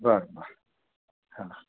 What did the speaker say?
बर बर हां